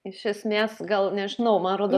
iš esmės gal nežinau man rodos